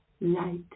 light